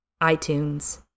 iTunes